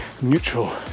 neutral